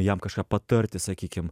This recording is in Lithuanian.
jam kažką patarti sakykim